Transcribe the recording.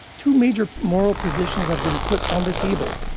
two major moral positions have been put on the table.